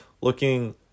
looking